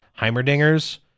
Heimerdinger's